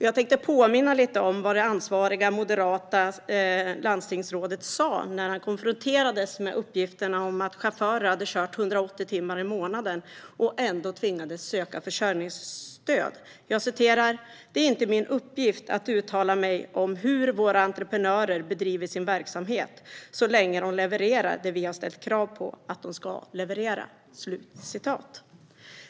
Jag vill påminna om vad det ansvariga moderata landstingsrådet sa när han konfronterades med uppgifterna om att chaufförer hade kört 180 timmar i månaden och ändå tvingades söka försörjningsstöd. Han sa: Det är inte min uppgift att uttala mig om hur våra entreprenörer bedriver sin verksamhet så länge de levererar det vi har ställt krav på att de ska leverera.